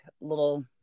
little